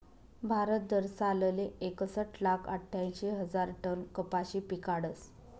भारत दरसालले एकसट लाख आठ्यांशी हजार टन कपाशी पिकाडस